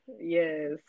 yes